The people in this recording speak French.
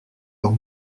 dans